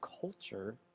culture